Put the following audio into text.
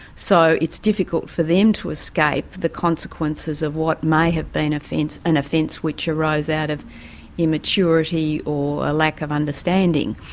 so, it's difficult for them to escape the consequences of what may have been an offence which arose out of immaturity, or a lack of understanding.